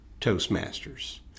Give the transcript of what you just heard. Toastmasters